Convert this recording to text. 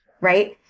right